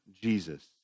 Jesus